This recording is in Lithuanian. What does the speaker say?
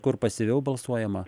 kur pasyviau balsuojama